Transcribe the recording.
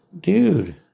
Dude